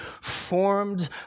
formed